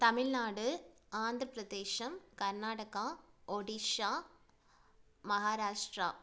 தமிழ்நாடு ஆந்திரப்பிரதேஷம் கர்நாடகா ஒடிஷா மஹாராஷ்ட்ரா